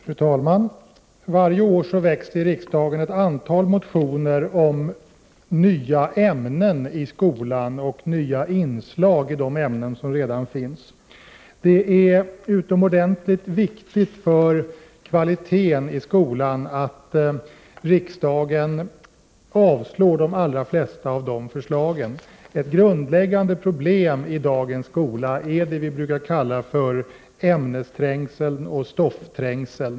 Fru talman! Varje år väcks i riksdagen ett antal motioner om nya ämnen i skolan och nya inslag i de ämnen som redan finns. Det är utomordentligt viktigt för kvaliteten i skolan att riksdagen avslår de allra flesta av de förslagen. Ett grundläggande problem i dagens skola är det vi brukar kalla ämnesträngseln och stoffträngseln.